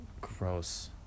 Gross